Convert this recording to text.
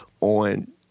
on